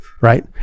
right